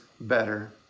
better